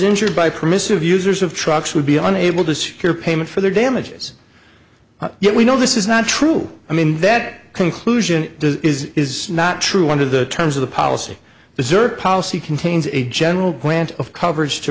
injured by permissive users of trucks would be unable to secure payment for their damages yet we know this is not true i mean that conclusion is not true under the terms of the policy deserve policy contains a general grant of coverage to